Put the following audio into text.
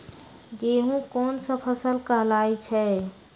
गेहूँ कोन सा फसल कहलाई छई?